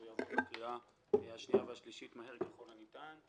יעבור בקריאה שנייה ושלישית מהר ככל הניתן.